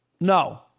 No